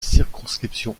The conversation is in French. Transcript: circonscription